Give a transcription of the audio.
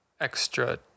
extra